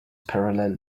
parallel